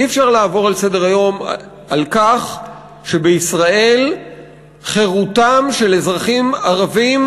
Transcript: אי-אפשר לעבור לסדר-היום על כך שבישראל חירותם של אזרחים ערבים